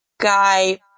guy